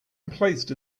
emplaced